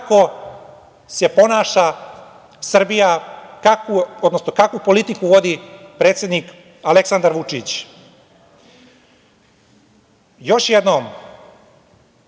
kako se ponaša Srbija, odnosno kakvu politiku vodi predsednik Aleksandar Vučić. Još jednom,